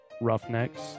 roughnecks